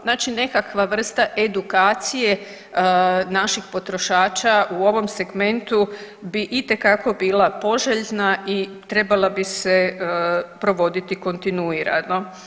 Znači nekakva vrsta edukacije naših potrošača u ovom segmentu bi itekako bila poželjna i trebala bi se provoditi kontinuirano.